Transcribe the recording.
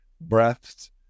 breaths